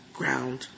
ground